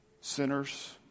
sinners